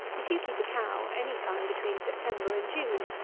if you keep a cow, any time between september and june,